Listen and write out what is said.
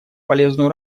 полезную